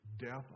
death